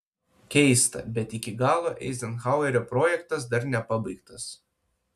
keista bet iki galo eizenhauerio projektas dar nepabaigtas